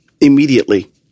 immediately